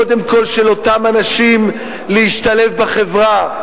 קודם כול של אותם אנשים להשתלב בחברה,